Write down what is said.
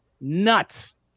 nuts